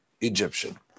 Egyptian